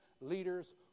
leaders